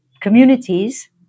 communities